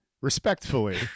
respectfully